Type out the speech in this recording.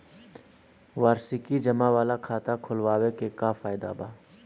वार्षिकी जमा वाला खाता खोलवावे के का फायदा बा?